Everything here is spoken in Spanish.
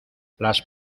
las